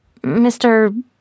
Mr